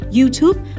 YouTube